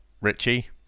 Richie